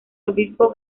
obispo